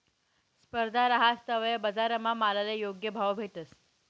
स्पर्धा रहास तवय बजारमा मालले योग्य भाव भेटस